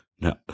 no